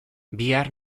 bihar